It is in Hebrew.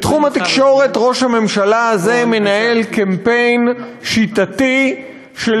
בתחום התקשורת ראש הממשלה הזה מנהל קמפיין שיטתי של